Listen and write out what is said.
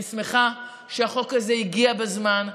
אני שמחה שהחוק הזה הגיע בזמן.